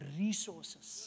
resources